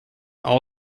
all